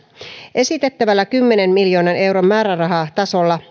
esitettävällä kymmenen miljoonan euron määrärahatasolla